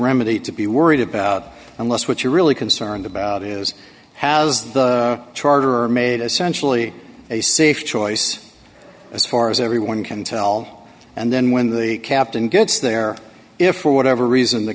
remedy to be worried about unless what you're really concerned about is has the charter made a centrally a safe choice as far as everyone can tell and then when the captain gets there if for whatever reason the